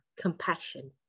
compassion